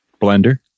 Blender